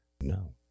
no